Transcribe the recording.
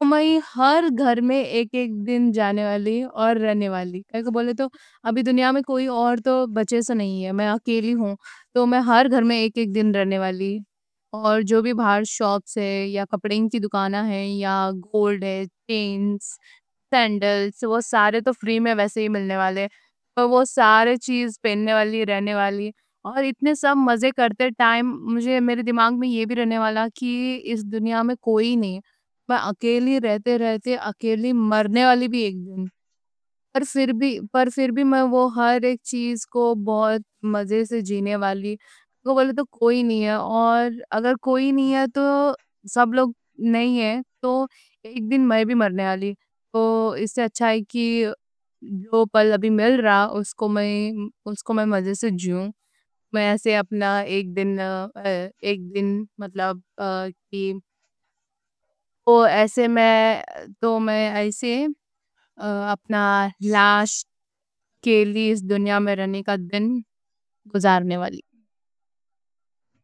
تو میں ہر گھر میں ایک ایک دن جانے والی اور رہنے والی بولے تو ابھی دنیا میں کوئی اور تو بچا سے نہیں ہے، میں اکیلی ہوں، تو میں ہر گھر میں ایک ایک دن رہنے والی اور جو بھی باہر شاپس ہے یا کپڑوں کی دکان ہے یا گولڈ ہے، چینز، سینڈلز، وہ سارے تو فری میں ویسے ہی ملنے والے وہ ساری چیزیں پہننے والی، رہنے والی اور اتنے سب مزے کرتے، مجھے میرے دماغ میں یہ بھی رہنے والا کہ اس دنیا میں کوئی نہیں، میں اکیلی رہتے رہتے اکیلی مرنے والی بھی ایک دن پر پھر بھی میں ہر ایک چیز کو بہت مزے سے جینے والی کوئی نہیں ہے اور اگر کوئی نہیں ہے تو سب لوگ نہیں ہے تو ایک دن میں بھی مرنے والی، تو اس سے اچھا ہے کہ جو پل ابھی مل رہا اس کو میں مزے سے جینے ایسے اپنا ایک دن، ایک دن مطلب، ایسے میں تو میں ایسے اپنی لاش کے لیے اس دنیا میں رہنے کا دن گزارنے والی